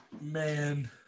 Man